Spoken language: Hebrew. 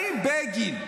האם בגין,